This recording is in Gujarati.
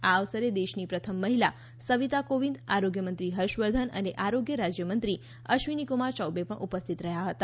આ અવસરે દેશની પ્રથમ મહિલા સવિતા કોવિંદ આરોગ્યમંત્રી હર્ષવર્ધન અને આરોગ્ય રાજ્યમંત્રી અશ્વિની કુમાર ચૌબે પણ ઉપસ્થિત રહ્યા હતા